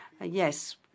Yes